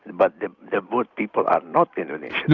but the ah boat people are not indonesians. no,